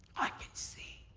i can see.